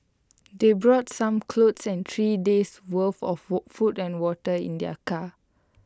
they brought some clothes and three days' worth of food and water in their car